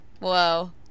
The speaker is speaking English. Whoa